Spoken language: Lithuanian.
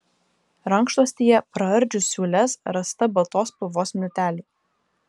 rankšluostyje praardžius siūles rasta baltos spalvos miltelių